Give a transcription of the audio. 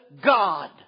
God